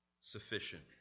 sufficient